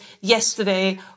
yesterday